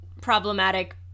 problematic